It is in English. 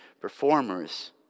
performers